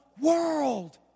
world